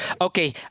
Okay